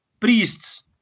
Priests